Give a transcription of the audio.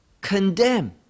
condemn